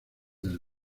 del